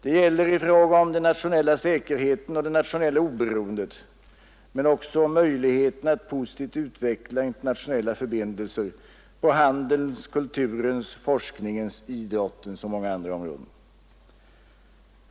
Det gäller i fråga om den nationella säkerheten och det nationella oberoendet men också i fråga om möjligheterna att positivt utveckla internationella förbindelser på handelns, kulturens, forskningens, idrottens och många andra områden.